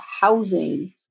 housing